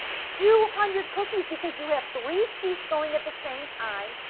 two hundred cookies because you have three sheets going at the same time.